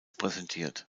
präsentiert